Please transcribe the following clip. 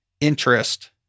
interest